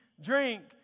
drink